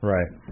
Right